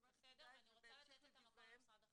ואני רוצה לתת את המקום למשרד החינוך.